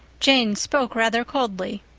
jane spoke rather coldly.